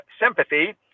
sympathy